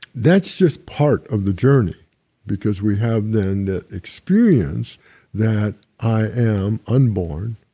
that's just part of the journey because we have then the experience that i am unborn,